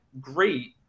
great